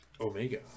Omega